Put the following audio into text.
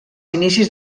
inicis